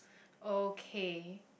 okay